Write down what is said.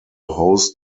host